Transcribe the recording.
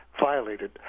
violated